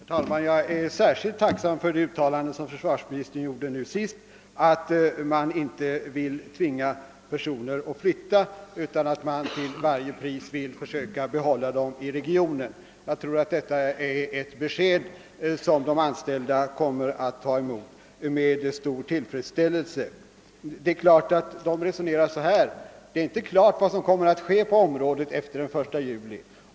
Herr talman! Jag är särskilt tacksam för det uttalande som försvarsmirnistern gjorde till sist, att man inte kommer att tvinga någon att flytta utan att man till varje pris vill försöka behålla personalen i regionen. Jag tror att detta är ett besked som de anställda kommer att ta emot med stor tillfredsställelse. De anställda resonerar nu på följande sätt: Vad som kommer att ske på området efter den 1 juli är ännu inte klart.